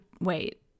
wait